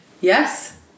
Yes